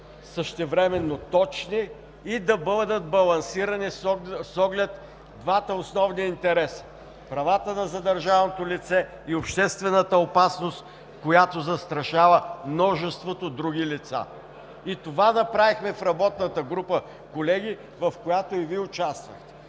същевременно точни и да бъдат балансирани с оглед двата основни интереса – правата на задържаното лице, и обществената опасност, която застрашава множеството други лица. Това направихме в работната група, колеги, в която и Вие участвахте.